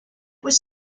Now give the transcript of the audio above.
was